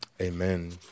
Amen